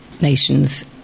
nations